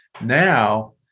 now